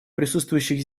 присутствующих